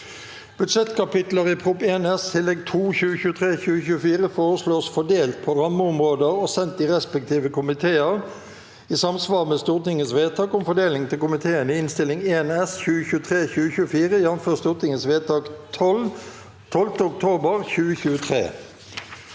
Budsjettkapitler i Prop. 1 S Tillegg 2 (2023– 2024) foreslås fordelt på rammeområder og sendt de respektive komiteer i samsvar med Stortingets vedtak om fordeling til komiteene i Innst. 1 S (2023– 2024), jf. Stortingets vedtak 12. oktober 2023